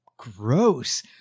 Gross